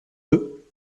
eux